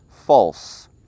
false